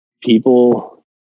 people